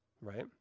right